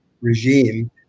regime